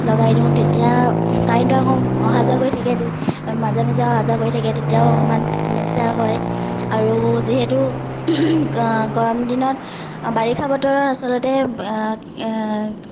লগাই দিওঁ তেতিয়া কাৰেন্টটো আকৌ অহা যোৱা কৰি থাকে মাজে মাজে অহা যোৱা কৰি থাকে তেতিয়াও অকণমান সমস্যা হয় আৰু যিহেতু গৰম দিনত বাৰিষা বতৰত আচলতে